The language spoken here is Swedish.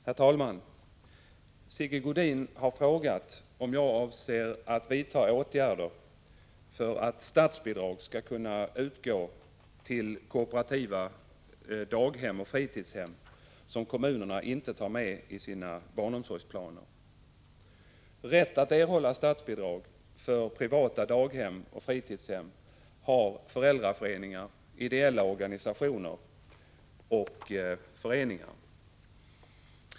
Herr talman! Sigge Godin har frågat om jag avser att vidta några åtgärder för att statsbidrag skall utgå till kooperativa daghem och fritidshem som kommunerna inte tar med i sina barnomsorgsplaner. Rätt att erhålla statsbidrag för privata daghem och fritidshem har föräldraföreningar samt ideella organisationer och föreningar.